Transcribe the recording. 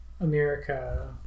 America